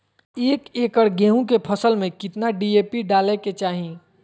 एक एकड़ गेहूं के फसल में कितना डी.ए.पी डाले के चाहि?